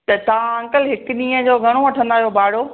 त तव्हां अंकल हिकु ॾींहं जो घणो वठंदा आहियो भाड़ो